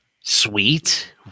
Sweet